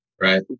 right